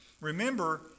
Remember